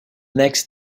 next